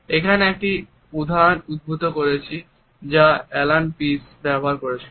এখানে আমি একটি উদাহরণ উদ্ধৃত করছি যা অ্যালান পীজ ব্যবহার করেছিলেন